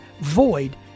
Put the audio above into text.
void